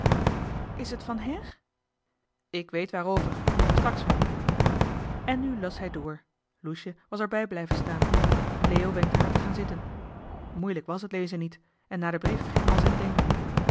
is t van her ik weet waarover straks wel en nu las hij door loesje was er bij blijven staan leo wenkte haar te gaan zitten moeilijk was het lezen niet en johan de meester de zonde in het deftige dorp naar den brief ging al zijn denken